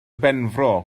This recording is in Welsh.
benfro